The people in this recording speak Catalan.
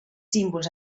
símbols